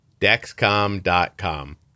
Dexcom.com